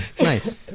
Nice